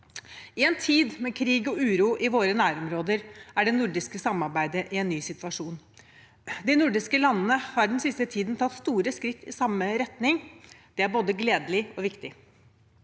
I en tid med krig og uro i våre nærområder er det nordiske samarbeidet i en ny situasjon. De nordiske landene har den siste tiden tatt store skritt i samme retning. Det er både gledelig og viktig.